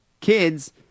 kids